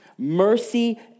Mercy